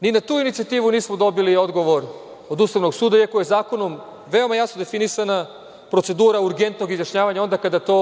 Ni na tu inicijativu nismo dobili odgovor od Ustavnog suda, iako je zakonom veoma jasno definisana procedura urgentnog izjašnjavanja, onda kada to